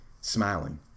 smiling